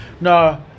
No